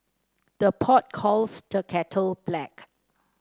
the pot calls the kettle black